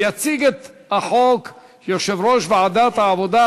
יציג את החוק יושב-ראש ועדת העבודה,